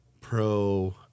pro